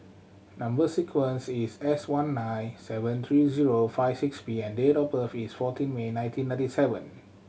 number sequence is S one nine seven three zero five six P and date of birth is fourteen May nineteen ninety seven